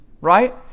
right